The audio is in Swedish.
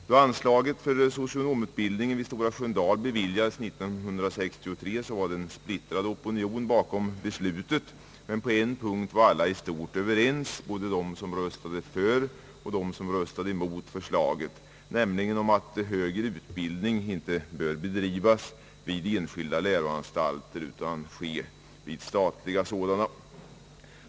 Då anslaget för socionomutbildningen vid Stora Sköndal beviljades 1963 var det en splittrad opinion bakom beslutet. Men på en punkt var alla i stort sett överens, både de som röstade för och de som röstade mot förslaget, nämligen att högre utbildning inte borde bedrivas vid enskilda läroanstalter utan ske vid statliga sådana.